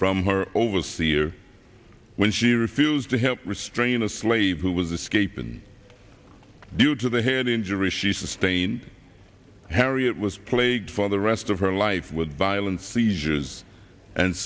from her overseer when she refused to help restrain a slave who was escapin due to the head injury she sustained harriet was plagued for the rest of her life with violence seizures and